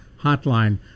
hotline